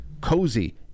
cozy